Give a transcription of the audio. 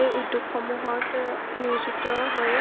এই উদ্যোগসমূহত নিয়োজিত হৈ